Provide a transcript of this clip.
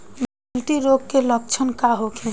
गिल्टी रोग के लक्षण का होखे?